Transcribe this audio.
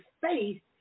faith